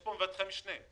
יש כאן מבטחי משנה,